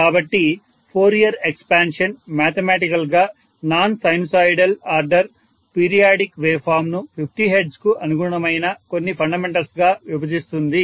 కాబట్టి Fourier expansion mathematical గా non sinusoidal order periodic wave form ను 50 Hz కు అనుగుణమైన కొన్ని ఫండమెంటల్స్ గా విభజిస్తుంది